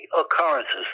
occurrences